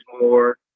more